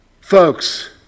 Folks